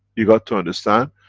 you got to understand,